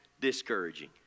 discouraging